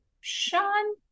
Sean